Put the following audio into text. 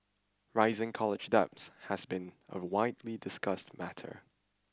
rising college debt has been a widely discussed matter